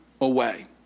away